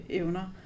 evner